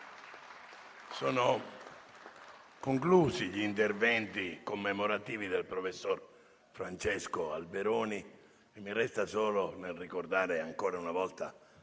così conclusi gli interventi commemorativi del professor Francesco Alberoni. Mi resta solo, nel ricordare ancora una volta